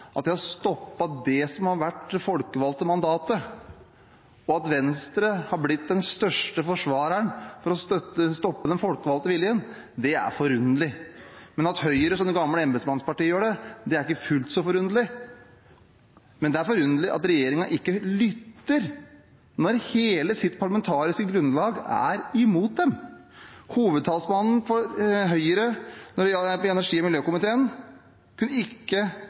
de har stoppet det som har vært det folkevalgte mandatet. At Venstre har blitt den største forsvareren for å stoppe den folkevalgte viljen, er forunderlig. At Høyre, som det gamle embetsmannspartiet, gjør det, er ikke fullt så forunderlig, men det er forunderlig at regjeringen ikke lytter når hele dens parlamentariske grunnlag er imot den. Hovedtalsmannen for Høyre i energi- og miljøkomiteen tok ikke Høyre i forsvar i sin replikkrunde og kunne ikke